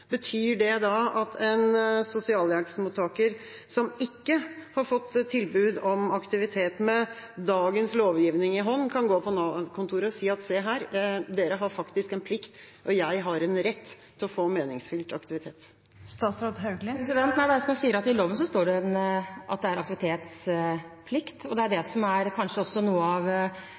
Betyr det da at en sosialhjelpsmottaker som ikke har fått tilbud om aktivitet, med dagens lovgivning i hånden kan gå på Nav-kontoret og si: «Se her, dere har faktisk en plikt, og jeg har en rett til å få meningsfylt aktivitet»? Nei, det er som jeg sier, i loven står det at det er aktivitetsplikt. Det er det som kanskje er noe av